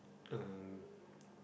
um